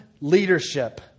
leadership